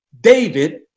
David